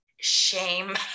shame